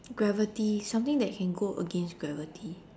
gravity something that can go against gravity